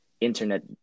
internet